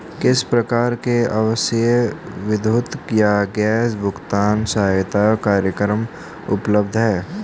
किस प्रकार के आवासीय विद्युत या गैस भुगतान सहायता कार्यक्रम उपलब्ध हैं?